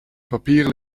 papieren